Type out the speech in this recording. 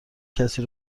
کسی